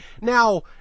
Now